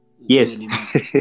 Yes